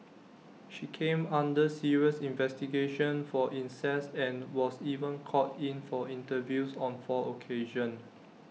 she came under serious investigation for incest and was even called in for interviews on four occasions